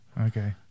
Okay